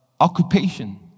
occupation